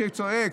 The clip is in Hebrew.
שצועק,